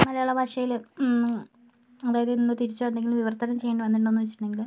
മലയാള ഭാഷയില് അതായത് ഇന്ന് തിരിച്ചുവരണമെങ്കില് ഇവിടെ തന്നെ ചെയ്യേണ്ടി വന്നിട്ടുണ്ടോന്ന് വച്ചിട്ടുണ്ടെങ്കില്